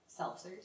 seltzers